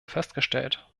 festgestellt